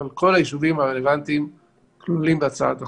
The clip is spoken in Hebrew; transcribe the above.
אבל כל היישובים הרלוונטיים כלולים בהצעת ההחלטה.